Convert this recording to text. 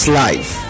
life